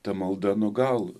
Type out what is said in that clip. ta malda nu gal